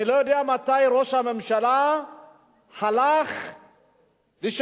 אני לא יודע מתי ראש הממשלה הלך לשלם,